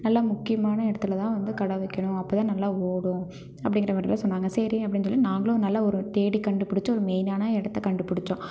நல்ல முக்கியமான இடத்துல தான் வந்து கடை வெக்கணும் அப்போ தான் நல்லா ஓடும் அப்படிங்கிற மாதிரில்லாம் சொன்னாங்க சரி அப்படின்னு சொல்லி நாங்களும் நல்லா ஒரு தேடி கண்டுப்புடிச்சு ஒரு மெய்னான இடத்த கண்டுப்பிடிச்சோம்